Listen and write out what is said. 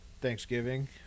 Thanksgiving